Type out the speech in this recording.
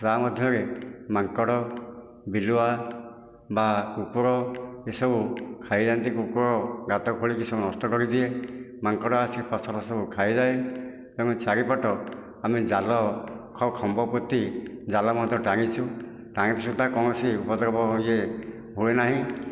ଗାଁ ମଧ୍ୟରେ ମାଙ୍କଡ଼ ବିଲୁଆ ବା କୁକୁର ଏସବୁ ଖାଇଯାଆନ୍ତି କୁକୁର ଗାତ ଖୋଳିକି ସବୁ ନଷ୍ଟ କରିଦିଏ ମାଙ୍କଡ଼ ଆସି ଫସଲ ସବୁ ଖାଇଯାଏ ତେଣୁ ଚାରିପଟ ଆମେ ଜାଲ ଖମ୍ବ ପୋତି ଜାଲ ମଧ୍ୟ ଟାଣିଛୁ କୌଣସି ଉପଦ୍ରବ ହୁଏନାହିଁ